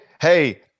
Hey